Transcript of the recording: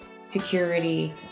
security